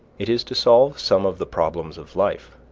it is to solve some of the problems of life,